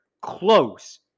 close